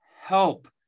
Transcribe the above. help